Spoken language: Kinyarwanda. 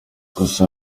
gusa